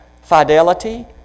fidelity